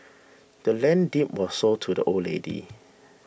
the land's deed was sold to the old lady